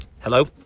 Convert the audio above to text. Hello